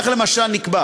כך, למשל, נקבע